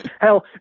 Hell